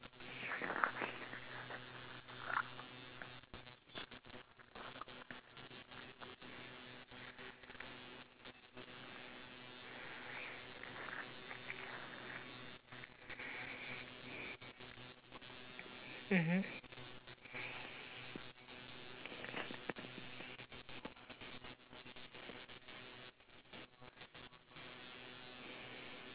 mmhmm